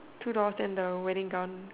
two doors and the wedding gown